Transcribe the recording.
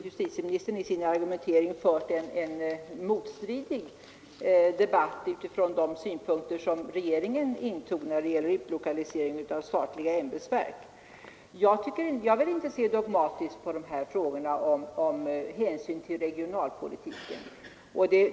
Justitieministern har i den här debatten anfört argument stridande mot den ståndpunkt som regeringen intog när det gällde utlokaliseringen av statliga ämbetsverk. Jag vill inte se dogmatiskt på frågan om hänsyn till regionalpolitiken.